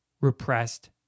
repressed